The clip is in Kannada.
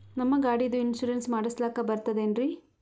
ನಮ್ಮ ಗಾಡಿದು ಇನ್ಸೂರೆನ್ಸ್ ಮಾಡಸ್ಲಾಕ ಬರ್ತದೇನ್ರಿ?